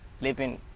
living